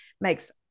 makes